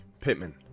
Pittman